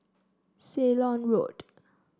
Ceylon Road